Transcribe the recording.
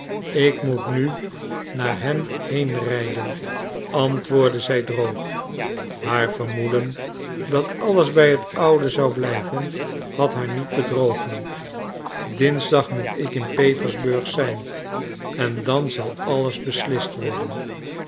ik moet nu naar hem heenrijden antwoordde zij droog haar vermoeden dat alles bij het oude zou blijven had haar niet bedrogen dinsdag moet ik in petersburg zijn en dan zal alles beslist worden